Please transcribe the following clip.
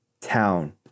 town